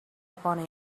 upon